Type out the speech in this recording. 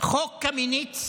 חוק קמיניץ